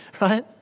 right